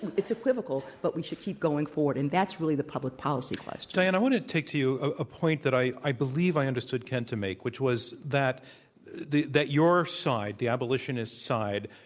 it's equivocal, but we should keep going forward, and that's really the public policy question. diann, i want to take to you a point that i i believe i understood kent to make, which was that the that your side, the abolitionist's side,